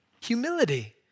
Humility